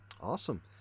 awesome